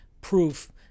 proof